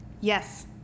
Yes